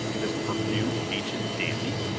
this perfumed, ancient dandy!